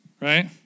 Right